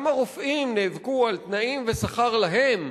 גם הרופאים נאבקו על תנאים ושכר להם,